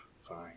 fine